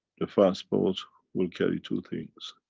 the fast boats will carry two things